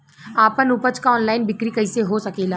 आपन उपज क ऑनलाइन बिक्री कइसे हो सकेला?